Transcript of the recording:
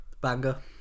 Banger